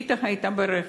ריטה הייתה ברכב,